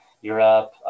Europe